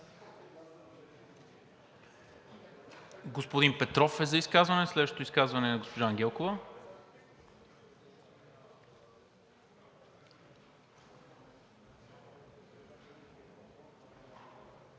Господин Петров е за изказване, а следващото е на госпожа Ангелкова.